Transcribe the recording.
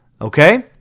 Okay